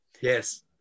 yes